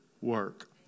work